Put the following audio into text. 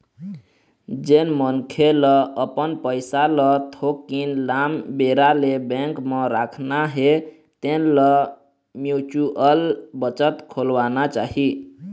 जेन मनखे ल अपन पइसा ल थोकिन लाम बेरा ले बेंक म राखना हे तेन ल म्युचुअल बचत खोलवाना चाही